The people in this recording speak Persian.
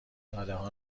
دادهها